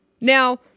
Now